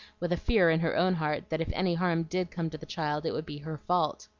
with a fear in her own heart that if any harm did come to the child it would be her fault.